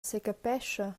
secapescha